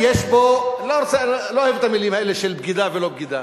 לא אוהב את המלים האלה של בגידה ולא בגידה,